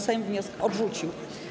Sejm wniosek odrzucił.